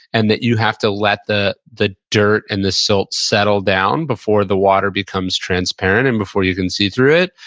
and that you have to let the the dirt and the silt settle down, before the water becomes transparent, and before you can see through it.